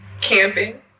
Camping